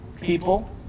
people